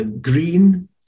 green